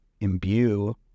imbue